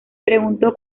preguntó